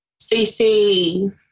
CC